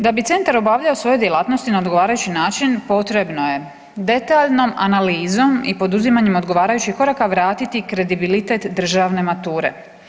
Da bi centar obavljao svoje djelatnosti na odgovarajući način potrebno je detaljnom analizom i poduzimanjem odgovarajućih koraka vratiti kredibilitet državne mature.